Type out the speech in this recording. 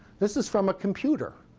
this is from a computer.